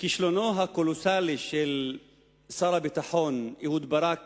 כישלונו הקולוסלי של שר הביטחון אהוד ברק